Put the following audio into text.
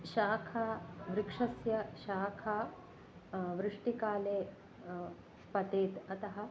शाखा वृक्षस्य शाखा वृष्टिकाले पतेत् अतः